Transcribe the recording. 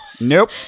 Nope